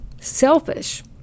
selfish